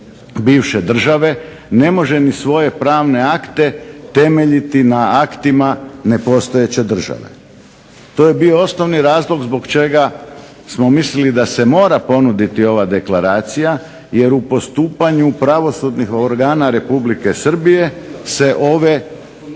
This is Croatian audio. bivše države ne može ni svoje pravne akte temeljiti na aktima nepostojeće države. To je bio osnovni razlog zbog čega smo mislili da se mora ponuditi ova deklaracija jer u postupanju pravosudnih organa Republike Srbije se ove